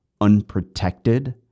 unprotected